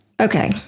okay